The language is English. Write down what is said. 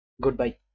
Goodbye